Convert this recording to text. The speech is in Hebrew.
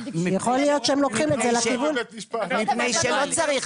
יכול להיות שהם לוקחים את זה לכיוון --- מפני שלא צריך,